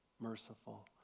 merciful